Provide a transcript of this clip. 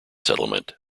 settlement